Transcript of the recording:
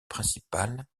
principale